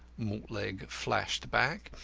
mortlake flashed back,